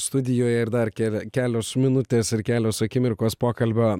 studijoje ir dar kelia kelios minutės ir kelios akimirkos pokalbio